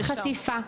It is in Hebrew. הייתה חשיפה,